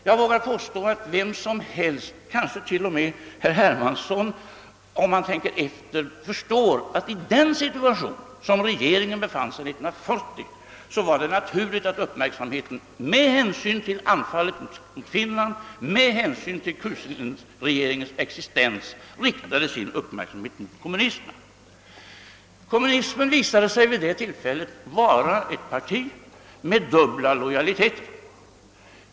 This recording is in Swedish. Jag vågar påstå att vem som helst, kanske till och med herr Hermansson om han tänker efter, förstår, att i den situation som den svenska regeringen befann sig 1940 var det naturligt, att uppmärksamheten med hänsyn till anfallet mot Finland, med hänsyn till Kuusinenregeringens existens, riktade sin uppmärksamhet mot kommunisterna. Kommunistiska partiet visade sig vid det tillfället vara ett parti med dubbla lojaliteter.